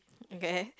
okay